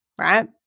right